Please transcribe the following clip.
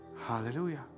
Hallelujah